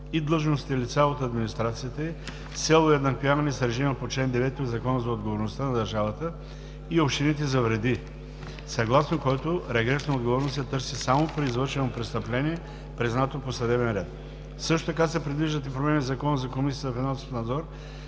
и длъжностните лица от администрацията ѝ с цел уеднаквяване с режима по чл. 9 от Закона за отговорността на държавата и общините за вреди, съгласно който регресна отговорност се търси само при извършено престъпление, признато по съдебен път. Също така се предвиждат и промени в Закона за Комисията за финансов надзор,